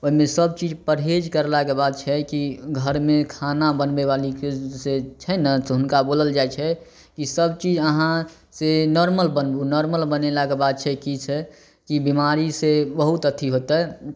अपन सब चीज परहेज करलाके बाद छै कि घरमे खाना बनबे वालीके से छै ने तऽ हुनका बोलल जाइ छै ई सब चीज अहाँ से नार्मल बनबू नार्मल बनेलाके बात छै की छै कि बिमारी से बहुत अथी होतै